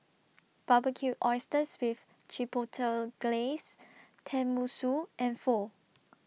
Barbecued Oysters with Chipotle Glaze Tenmusu and Pho